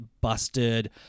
busted